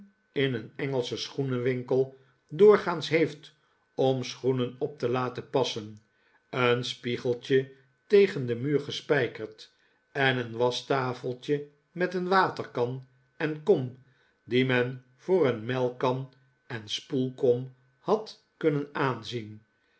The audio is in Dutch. in een engelschen schoenenwinkel doorgaans heeft om schoenen op te laten passen een spiegeltje tegen den muur gespijkerd en een waschtafeltje met een waterkan en kom die men voor een melkkan en spoelkom had kunnen aanzien